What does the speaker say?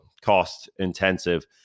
cost-intensive